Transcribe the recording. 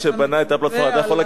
אתה,